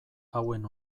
hauen